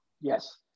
yes